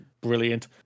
brilliant